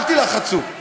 אל תילחצו.